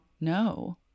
No